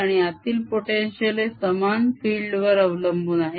आणि आतील potential हे समान field वर अवलंबून आहे